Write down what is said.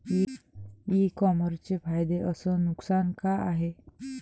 इ कामर्सचे फायदे अस नुकसान का हाये